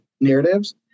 narratives